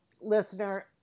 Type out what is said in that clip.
listener